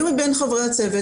היו מבין חברי הצוות,